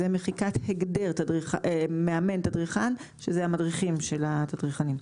זה מחיקת הגבר מאמן תדריכן שאלה המדריכים של התדריכנים.